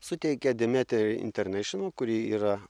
suteikia demetra internešinal kur yra